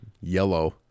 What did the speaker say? yellow